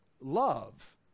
love